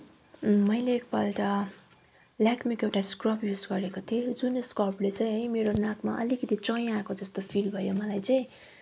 मैले एकपल्ट लेक्मीको एउटा स्क्रब युज गरेको थिएँ जुन स्क्रबले चाहिँ है मेरो नाकमा अलिकति चाया आएको जस्तो फिल भयो मलाई चाहिँ